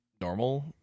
normal